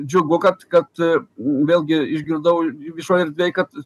džiugu kad kad vėlgi išgirdau viešoj erdvėj kad